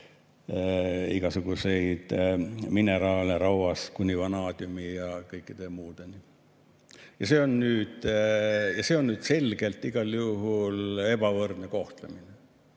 igasuguseid mineraale, rauast kuni vanaadiumi ja kõikide muudeni. Ja see on nüüd selgelt igal juhul ebavõrdne kohtlemine.